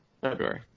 February